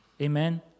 Amen